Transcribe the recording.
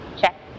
check